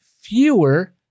fewer